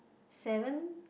seven